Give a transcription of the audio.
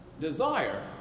desire